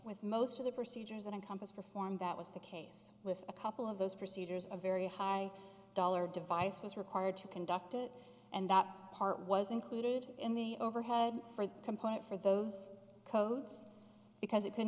with most of the procedures that encompass performed that was the case with a couple of those procedures a very high dollar device was required to conduct it and that part was included in the overhead for the component for those codes because it c